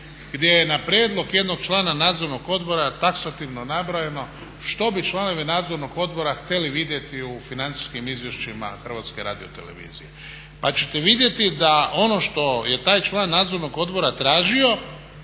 gdje je na prijedlog jednog člana nadzornog odbora taksativno nabrojano što bi članovi nadzornog odbora htjeli vidjeti u financijskim izvješćima HRT. Pa ćete vidjeti da ono što je taj član nadzornog odbora tražio